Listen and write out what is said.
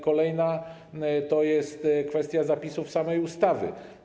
Kolejna rzecz to jest kwestia zapisów samej ustawy.